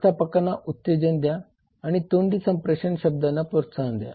व्यवस्थापकांना उत्तेजन द्या आणि तोंडी संप्रेषण शब्दांना प्रोत्साहन द्या